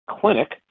clinic